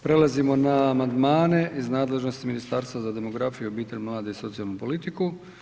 Prelazimo na amandmane iz nadležnosti Ministarstva za demografiju, obitelj, mlade i socijalnu politiku.